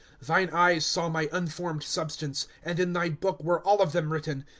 thine eyes saw my unformed substance and in thy book were all of them written,